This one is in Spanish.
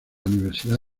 universidad